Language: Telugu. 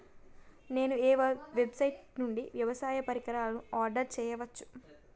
నేను ఏ వెబ్సైట్ నుండి వ్యవసాయ పరికరాలను ఆర్డర్ చేయవచ్చు?